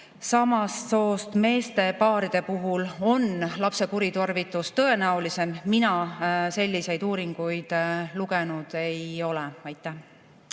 ütlete, et meespaaride puhul on lapse kuritarvitus tõenäolisem. Mina selliseid uuringuid lugenud ei ole. Suur